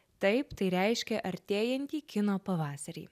taip tai reiškia artėjantį kino pavasarį